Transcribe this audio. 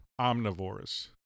omnivores